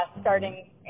starting